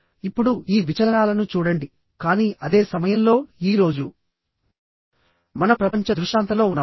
ఇప్పుడు ఈ విచలనాలను చూడండికానీ అదే సమయంలో ఈ రోజు మనం ప్రపంచ దృష్టాంతంలో ఉన్నాము